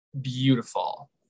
beautiful